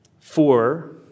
Four